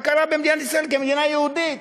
הכרה במדינת ישראל כמדינה יהודית.